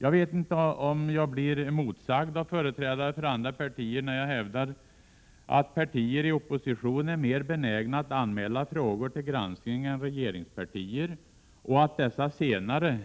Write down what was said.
Jag vet inte om jag blir emotsagd av företrädare för andra partier när jag hävdar, att partier i opposition är mer benägna att anmäla frågor till granskning än regeringspartier och att dessa senare